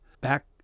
back